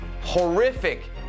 horrific